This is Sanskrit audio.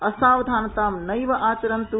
असावधानता नैव आचरन्त्